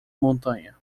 montanha